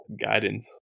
guidance